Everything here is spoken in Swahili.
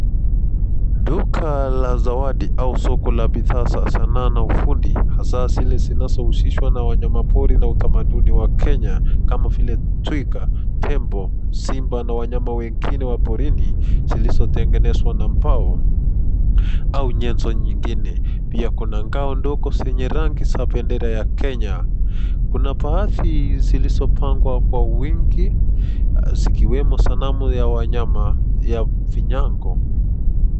Duka la zawadi au soko la bidhaa za sanaa na ufundi, hasa zile zinazohusishwa na wanyama pori na utamaduni wa Kenya, kama vile twiga, tembo simba na wanyama wengine wa porini zilizotengenezwa na mbao au nyenzo nyingine. Pia kuna ngao ndogo zenye rangi ya bendera ya Kenya. Kuna baadhi zilizopangwa kwa wingi zikiwemo sanamu ya wanyama ya vinyago.